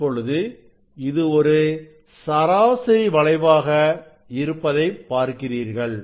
இப்பொழுது இது ஒரு சராசரி வளைவாக இருப்பதை பார்க்கிறீர்கள்